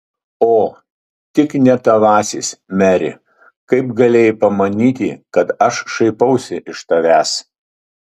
o tik ne tavasis meri kaip galėjai pamanyti kad aš šaipausi iš tavęs